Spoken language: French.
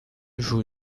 joue